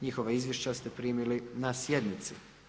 Njihova izvješća ste primili na sjednici.